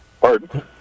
Pardon